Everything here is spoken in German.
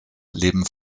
leben